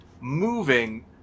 moving